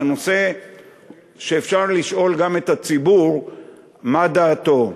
זה נושא שאפשר לשאול גם את הציבור מה דעתו.